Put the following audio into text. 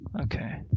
Okay